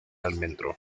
almendro